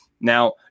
Now